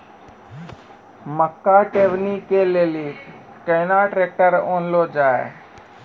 मक्का टेबनी के लेली केना ट्रैक्टर ओनल जाय?